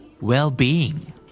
Well-being